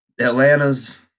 Atlanta's